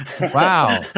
Wow